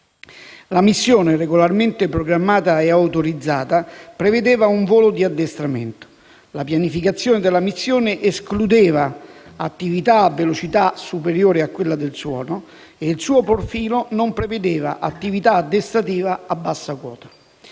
La missione, regolarmente programmata e autorizzata, prevedeva un volo di addestramento. La pianificazione della missione escludeva attività a velocità superiore a quella del suono e il suo profilo non prevedeva attività addestrativa a bassa quota.